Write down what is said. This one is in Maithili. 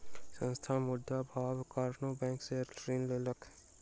संस्थान, मुद्रा अभावक कारणेँ बैंक सॅ ऋण लेलकै